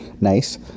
nice